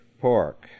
pork